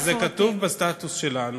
סליחה, זה כתוב בסטטוס שלנו.